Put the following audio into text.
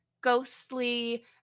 ghostly